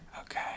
Okay